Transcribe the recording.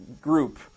group